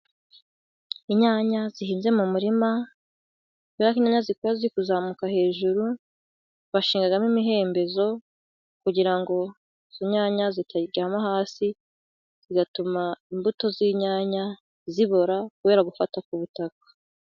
Inyanya zihinze mu murima, kubera ko inyanya zikura ziri kuzamuka hejuru, bashingamo imihembezo kugira ngo inyanya zitaryama hasi, bigatuma imbuto z'inyanya zibora kubera gufata ku butaka.